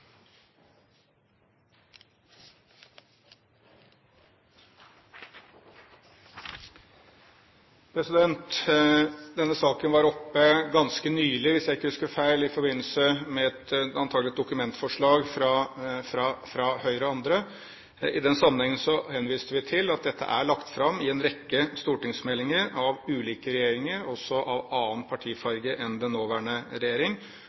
Denne saken var oppe ganske nylig – hvis jeg ikke husker feil – antagelig i forbindelse med et dokumentforslag fra Høyre og andre. I den sammenheng henviste vi til at dette er lagt fram i en rekke stortingsmeldinger av ulike regjeringer – også av annen partifarge enn den nåværende regjering